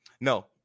No